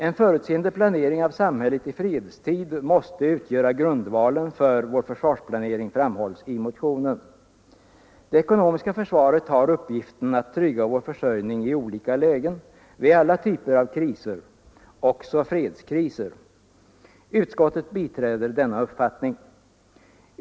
En förutseende planering av samhället i fredstid måste utgöra grundvalen för vår försvarsplanering, framhåller man i motionen. Det ekonomiska försvaret har uppgiften att trygga vår försörjning i olika lägen vid alla typer av kriser, också fredskriser. Utskottet biträder denna uppfattning.